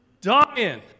Dying